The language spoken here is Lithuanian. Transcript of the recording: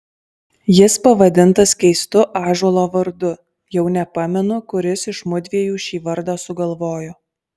jis pavadintas keistu ąžuolo vardu jau nepamenu kuris iš mudviejų šį vardą sugalvojo